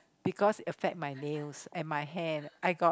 because affect my nails and my hand I got